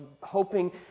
hoping